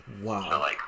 Wow